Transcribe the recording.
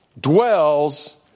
dwells